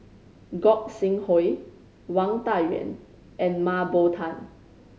Gog Sing Hooi Wang Dayuan and Mah Bow Tan